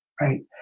Right